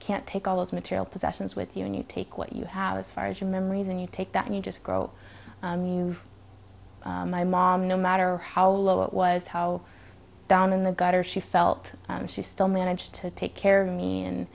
can't take all those material possessions with you and you take what you have as far as your memories and you take that and you just grow my mom no matter how low it was how down in the gutter she felt she still managed to take care of me and